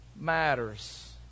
matters